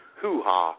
hoo-ha